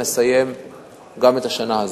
נסיים גם את השנה הזאת.